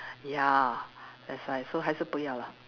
ya that's why so 还是不要 lah